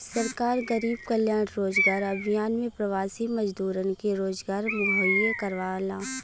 सरकार गरीब कल्याण रोजगार अभियान में प्रवासी मजदूरन के रोजगार मुहैया करावला